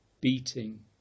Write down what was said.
beating